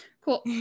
cool